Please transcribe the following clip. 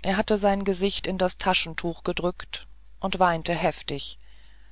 er hatte sein gesicht in das taschentuch gedrückt und weinte heftig